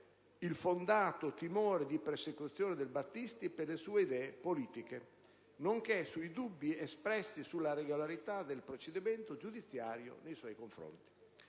il fondato timore di persecuzione del Battisti per le sue idee politiche, nonché sui dubbi espressi sulla regolarità del procedimento giudiziario nei suoi confronti.